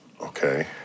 Okay